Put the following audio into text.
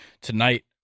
tonight